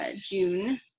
June